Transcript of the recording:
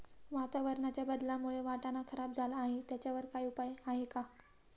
वातावरणाच्या बदलामुळे वाटाणा खराब झाला आहे त्याच्यावर काय उपाय आहे का?